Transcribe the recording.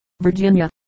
Virginia